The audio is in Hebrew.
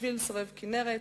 שביל סובב-כינרת,